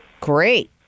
Great